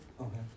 okay